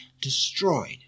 destroyed